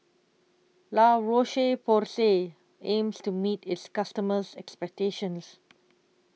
La Roche Porsay aims to meet its customers' expectations